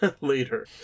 later